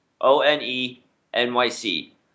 O-N-E-N-Y-C